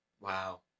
Wow